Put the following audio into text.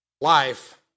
life